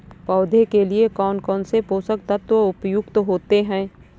पौधे के लिए कौन कौन से पोषक तत्व उपयुक्त होते हैं?